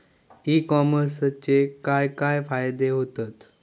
E कॉमर्सचे काय काय फायदे होतत?